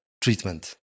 treatment